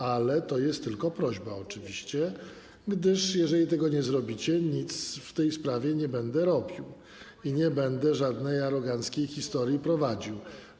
Ale to jest tylko prośba oczywiście, gdyż jeżeli tego nie zrobicie, nic w tej sprawie nie będę robił i nie będę żadnej aroganckiej historii prowadził.